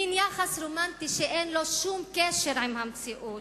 מין יחס רומנטי שאין לו שום קשר עם המציאות,